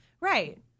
Right